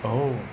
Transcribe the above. oh